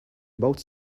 about